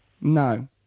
No